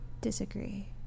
Disagree